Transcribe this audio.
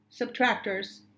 subtractors